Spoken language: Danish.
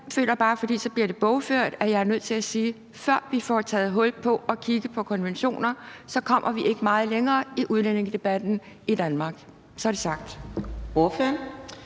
at sige – for så bliver det bogført – at før vi får taget hul på at kigge på konventioner, kommer vi ikke meget længere i udlændingedebatten i Danmark. Så er det sagt.